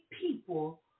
people